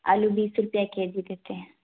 آلو بیس روپیہ کے جی کتنے ہیں